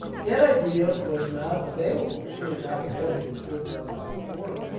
that idea was not available, or certainly not available in its full-blown modern form,